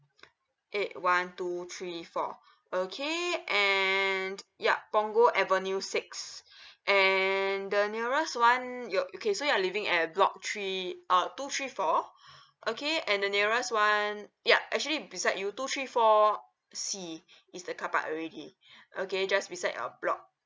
eight one two three four okay and yup punggol avenue six and the nearest [one] you okay so you're living at block three orh two three four okay and the nearest [one] ya actually beside you two three four C is the carpark already okay just beside your block